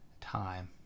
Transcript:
time